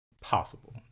possible